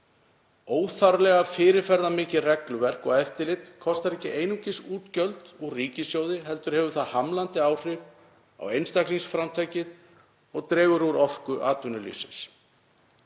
Óþarflega fyrirferðarmikið regluverk og eftirlit kostar ekki einungis útgjöld úr ríkissjóði heldur hefur það hamlandi áhrif á einstaklingsframtakið og dregur úr orku atvinnulífsins.